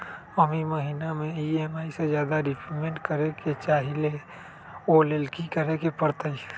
हम ई महिना में ई.एम.आई से ज्यादा रीपेमेंट करे के चाहईले ओ लेल की करे के परतई?